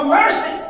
mercy